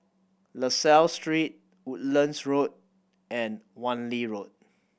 La Salle Street Woodlands Road and Wan Lee Road